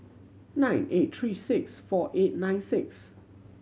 nine eight three six four eight nine six